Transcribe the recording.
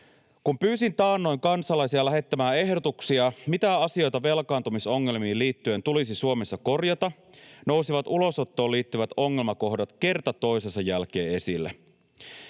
Kun pyysin taannoin kansalaisia lähettämään ehdotuksia, mitä asioita velkaantumisongelmiin liittyen tulisi Suomessa korjata, nousivat ulosottoon liittyvät ongelmakohdat kerta toisensa jälkeen esille.